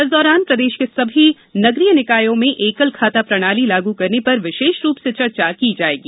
इस दौरान प्रदेश के सभी नगरीय निकायों में एकल खाता प्रणाली लागू करने पर विशेष रूप से चर्चा की जायेगी